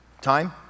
Time